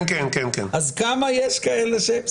אז יש כאלה?